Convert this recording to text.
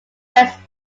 effects